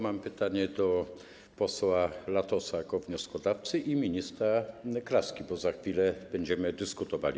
Mam pytanie do posła Latosa jako wnioskodawcy i ministra Kraski, bo za chwilę będziemy o tym dyskutowali.